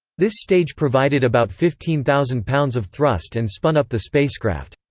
this stage provided about fifteen thousand pounds of thrust and spun up the spacecraft.